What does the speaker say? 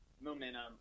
momentum